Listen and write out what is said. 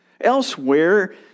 Elsewhere